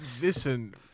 Listen